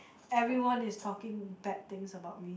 everyone is talking bad things about me